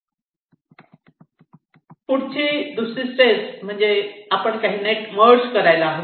पुढची दुसरी स्टेप म्हणजे आपण काही नेट मर्ज करायला हवे